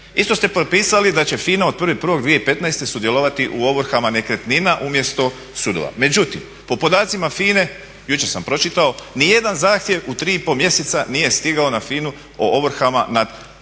Isto ste propisali da će FINA od 1.1.2015. sudjelovati u ovrhama nekretnina umjesto sudova. Međutim, po podacima FINA-e jučer sam pročitao ni jedan zahtjev u tri i pol mjeseca nije stigao na FINA-u o ovrhama nad nekretninama